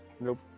Nope